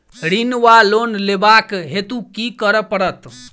ऋण वा लोन लेबाक हेतु की करऽ पड़त?